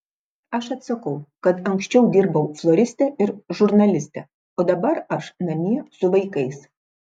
aš atsakau kad anksčiau dirbau floriste ir žurnaliste o dabar aš namie su vaikais